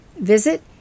Visit